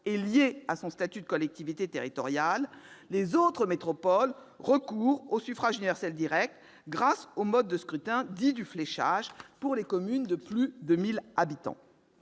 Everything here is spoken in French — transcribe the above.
est liée au statut de collectivité territoriale, les autres métropoles recourent au suffrage universel direct le mode de scrutin dit du « fléchage » pour les communes de plus de 1 000 habitants.